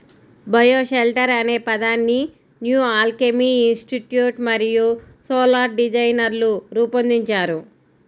bioshelter అనే పదాన్ని New Alchemy Institute మరియు సోలార్ డిజైనర్లు రూపొందించారు